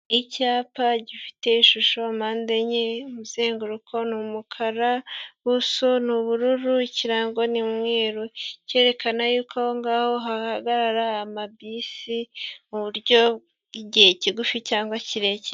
Icyapa gifite ishusho mpande enye, umuzenguruko ni umukara, ubuso ni ubururu, ikirango ni umweru, cyerekana yuko ahongaho hahagarara amabisi mu buryo bw'igihe kigufi cyangwa kirekire.